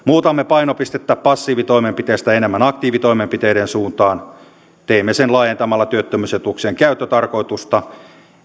muutamme painopistettä passiivitoimenpiteistä enemmän aktiivitoimenpiteiden suuntaan teemme sen laajentamalla työttömyysetuuksien käyttötarkoitusta